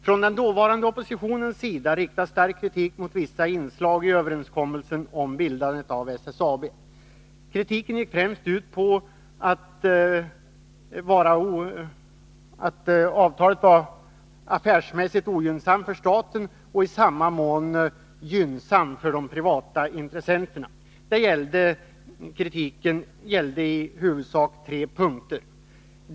Från den dåvarande oppositionens sida riktades stark kritik mot vissa inslag i överenskommelsen om bildandet av SSAB. Kritiken gick främst ut på att avtalet var affärsmässigt ogynnsamt för staten och i samma mån gynnsamt för de privata intressenterna. Kritiken gällde i huvudsak tre punkter.